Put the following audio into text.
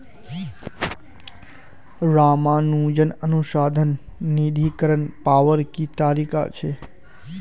रामानुजन अनुसंधान निधीकरण पावार की तरीका छे